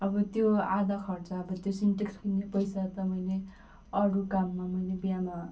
अब त्यो आधा खर्च अबबो त्यो सिन्टेक्स किन्ने पैसा त मैले अरू काममा मैले बिहामा